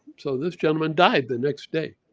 so this gentleman died the next day.